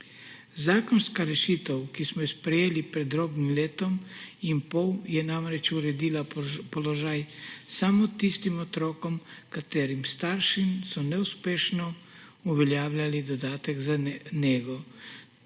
Zakonska rešitev, ki smo jo sprejeli pred dobrim letom in pol, je namreč uredila položaj samo tistim otrokom, katerih starši so neuspešno uveljavljali dodatek za nego.